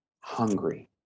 hungry